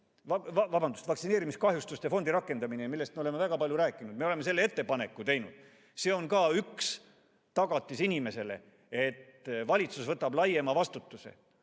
tingimused. Vaktsineerimiskahjustuste fondi rakendamine, millest me oleme väga palju rääkinud ja mille kohta me oleme ettepaneku teinud, on ka üks tagatis inimesele, et valitsus võtab laiema vastutuse,